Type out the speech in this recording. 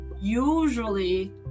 usually